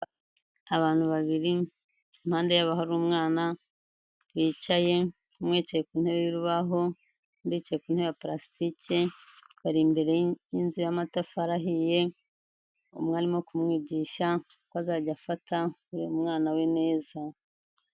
Abantu babiri, impande yabo hari umwana, wicaye, umwe yicaye ku ntebe y'urubaho, undi yicaye ku ntebe ya purasitike, bari imbere y'inzu y'amatafari ahiye, umwe arimo kumwigisha uko azajya afata uyu mwana we neza.